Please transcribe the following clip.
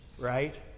right